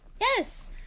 Yes